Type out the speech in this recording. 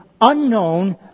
unknown